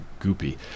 goopy